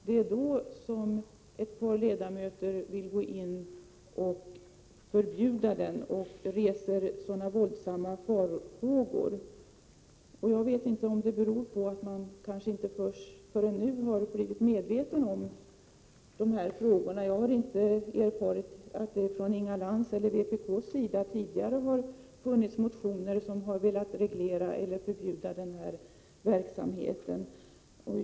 Att då ett par ledamöter vill gå in och förbjuda verksamheten och uttrycker våldsamma farhågor tycker jag är litet märkligt. Jag vet inte om det beror på att man inte förrän nu har blivit medveten om vad som händer. Jag har inte erfarit att vare sig vpk eller Inga Lantz har motionerat tidigare om att reglera eller förbjuda den här verksamheten.